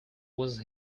was